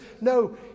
No